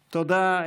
תודה.